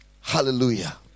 Hallelujah